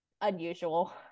unusual